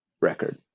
record